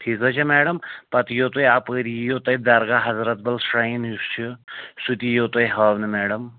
ٹھیٖک حظ چھُ میڈم پتہٕ یِیو تۄہہِ اَپٲری یِیو تۄہہِ درگاہ حضرت بل شرٛایِن یُس چھُ سُہ تہِ یِیو تۄہہِ ہاونہٕ میڈم